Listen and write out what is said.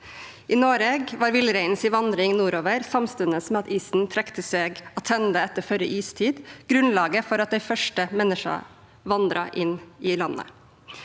I Noreg var villreinen si vandring nordover samstundes med at isen trekte seg attende etter førre istid grunnlaget for at dei første menneska vandra inn i landet.»